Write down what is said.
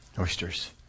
Oysters